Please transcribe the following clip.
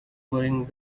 going